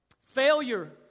Failure